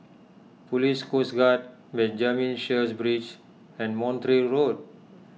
Police Coast Guard Benjamin Sheares Bridge and Montreal Road